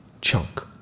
chunk